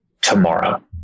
tomorrow